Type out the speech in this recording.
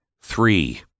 Three